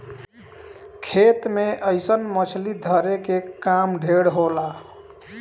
खेत मे अइसन मछली धरे के काम ढेर होला